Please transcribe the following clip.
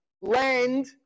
land